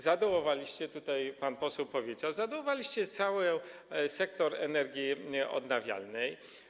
Zadołowaliście tutaj, pan poseł powiedział, zadołowaliście cały sektor energii odnawialnej.